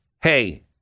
hey